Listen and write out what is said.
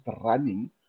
running